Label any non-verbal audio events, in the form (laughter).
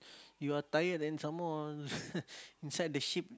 you are tired and some more (laughs) inside the ship